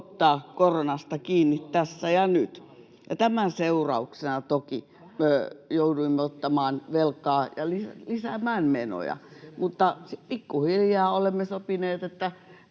ottaa koronasta kiinni tässä ja nyt. Tämän seurauksena toki jouduimme ottamaan velkaa ja lisäämään menoja, mutta olemme sopineet,